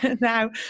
Now